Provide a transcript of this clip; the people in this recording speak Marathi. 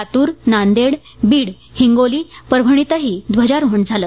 लातूर नांदेड बीड हिंगोली परभणीतही ध्वजारोहण झालं